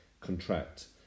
contract